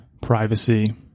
Privacy